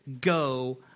go